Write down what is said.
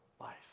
life